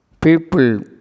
People